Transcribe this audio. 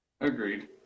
Agreed